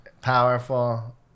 powerful